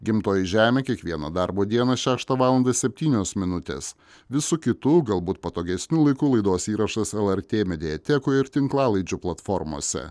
gimtoji žemė kiekvieną darbo dieną šeštą valandą septynios minutės visu kitu galbūt patogesniu laiku laidos įrašas lrt mediatekoje ir tinklalaidžių platformose